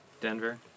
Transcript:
Denver